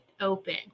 open